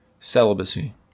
celibacy